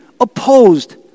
opposed